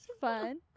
fun